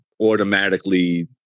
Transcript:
automatically